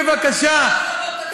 בבקשה,